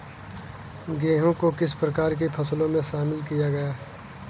गेहूँ को किस प्रकार की फसलों में शामिल किया गया है?